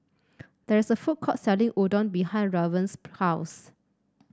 there's a food court selling Udon behind Raven's house